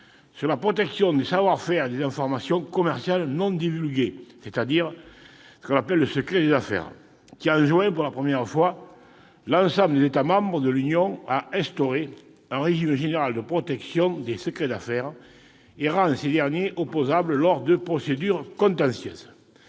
sur la protection des savoir-faire et des informations commerciales non divulguées- soit le secret des affaires -, qui enjoint, pour la première fois, l'ensemble des États membres à instaurer un régime général de protection des secrets d'affaires et qui rend ceux-ci opposables lors de procédures contentieuses.